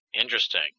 Interesting